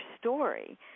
story